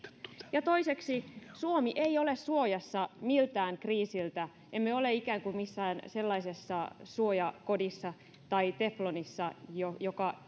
toiseksi suomi ei ole suojassa miltään kriisiltä emme ole ikään kuin missään sellaisessa suojakodissa tai teflonissa joka